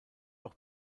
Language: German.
auch